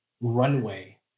runway